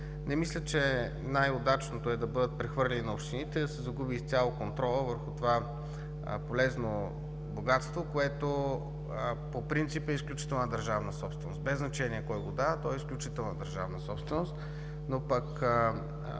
Не мисля, че най-удачното е да бъдат прехвърлени на общините и да се загуби изцяло контролът върху това полезно богатство, което по принцип е изключителна държавна собственост. Без значение кой го дава, то е изключителна държавна собственост.